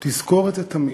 תזכור את זה תמיד.